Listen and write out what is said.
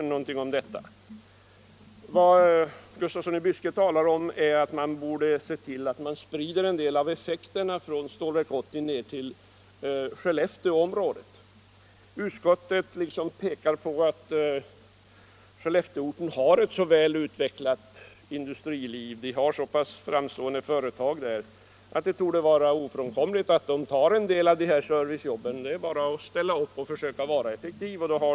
I den förstnämnda motionen framhålls att man bör se till att en del av effekterna från Stålverk 80 sprids ned till Skellefteåområdet. Utskottet pekar på att Skellefteåregionen har ett väl utvecklat näringsliv. Där finns så framstående företag att det torde vara ofrånkomligt att den regionen tar en del av servicejobben. Det är bara att ställa upp och försöka vara effektiv.